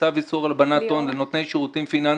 בצו איסור הלבנת הון לנותני שירותים פיננסיים,